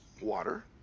water